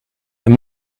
een